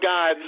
God